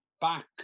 back